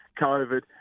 COVID